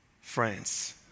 France